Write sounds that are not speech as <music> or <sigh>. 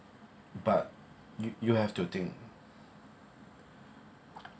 but you you have to think <noise>